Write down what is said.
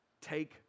take